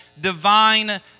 divine